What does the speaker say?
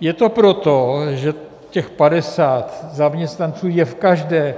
Je to proto, že těch 50 zaměstnanců je v každé